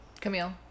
Camille